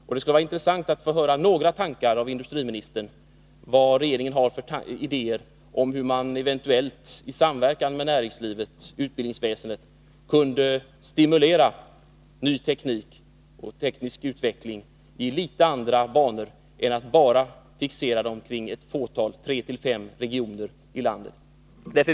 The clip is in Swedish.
Det skulle vara intressant att höra vilka tankar regeringen har om hur man, eventuellt i samverkan med näringslivet och utbildningsväsendet, skulle kunna stimulera ny teknik och teknisk utveckling till att gå i något andra banor, så att de inte fixeras till tre-fem regioner i landet.